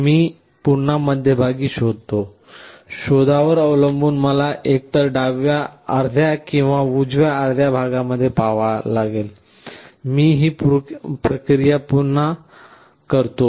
मी पुन्हा मध्यभागी शोधतो शोधावर अवलंबून मला एकतर डाव्या अर्ध्या किंवा उजव्या अर्ध्या भागामध्ये पहावे लागेल मी ही प्रक्रिया पुन्हा सांगतो